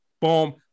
Boom